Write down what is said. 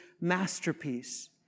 masterpiece